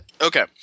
Okay